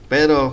Pero